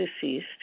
deceased